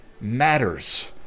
matters